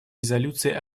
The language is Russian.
резолюции